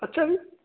ਅੱਛਾ ਜੀ